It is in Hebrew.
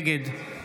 נגד